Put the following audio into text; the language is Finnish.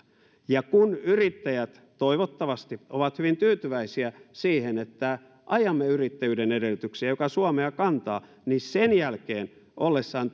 ja kun yrittäjät toivottavasti ovat hyvin tyytyväisiä siihen että ajamme yrittäjyyden edellytyksiä mikä suomea kantaa niin sen jälkeen ollessaan